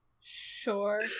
Sure